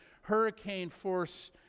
hurricane-force